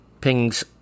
Ping's